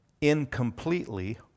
incompletely